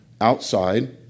outside